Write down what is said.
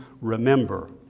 remember